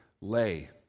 lay